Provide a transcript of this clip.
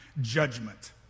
judgment